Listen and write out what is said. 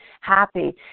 happy